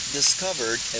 discovered